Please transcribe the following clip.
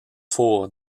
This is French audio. four